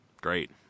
great